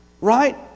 right